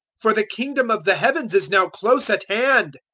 for the kingdom of the heavens is now close at hand.